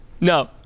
no